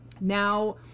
Now